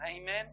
Amen